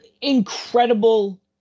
incredible